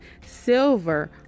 silver